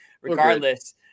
regardless